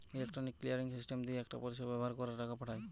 electronic clearing system দিয়ে একটা পরিষেবা ব্যাভার কোরে টাকা পাঠায়